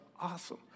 awesome